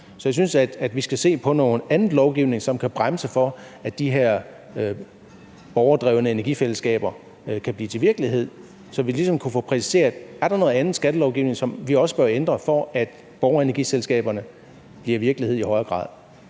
Så jeg synes, at vi skal se på den lovgivning, som kan bremse for, at de her borgerdrevne energifællesskaber kan blive til virkelighed, så vi ligesom kan få præciseret: Er der noget andet skattelovgivning, som vi også bør ændre, for at borgerenergifællesskaberne i højere grad